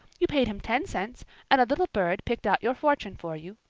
you paid him ten cents and a little bird picked out your fortune for you.